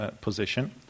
position